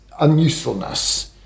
unusefulness